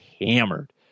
hammered